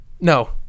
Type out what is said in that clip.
no